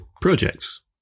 projects